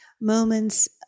moments